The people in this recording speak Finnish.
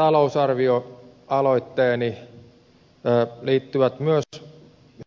omat talousarvioaloitteeni liittyvät myös